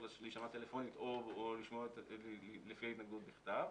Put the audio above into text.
להישמע טלפונית או לשמוע לפי ההתנגדות בכתב,